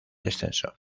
descenso